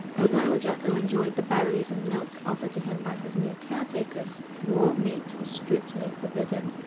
although jacko enjoyed the berries and milk offered to him by his new caretakers, raw meat was strictly forbidden.